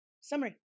Summary